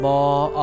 More